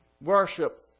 worship